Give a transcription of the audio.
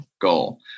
goal